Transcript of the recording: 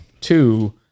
Two